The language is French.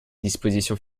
dispositions